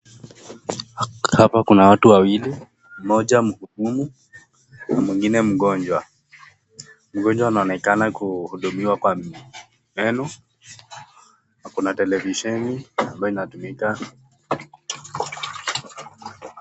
Hapa Kuna watu wawili, Mmoja mhudumu na mwingine mgonjwa, mgonjwa anaonekana kuhudumiwa kwa meno na Kuna televisheni ambayo inatumika.